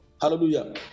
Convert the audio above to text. hallelujah